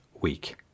week